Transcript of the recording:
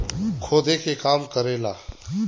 खोदे के काम करेला